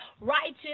righteous